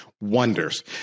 wonders